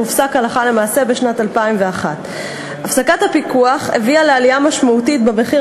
והופסק הלכה למעשה בשנת 2001. הפסקת הפיקוח הביאה לעלייה משמעותית במחיר